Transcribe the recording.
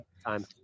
Time